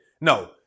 No